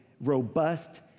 robust